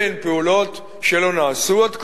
אלה הן פעולות שלא נעשו עד כה,